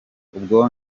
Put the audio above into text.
ubwo